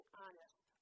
honest